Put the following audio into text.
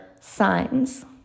signs